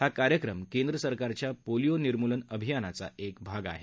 हा कार्यक्रम केंद्रसरकारच्या पोलिओ निर्मूलन अभियानाचा एक भाग आहे